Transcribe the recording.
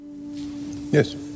Yes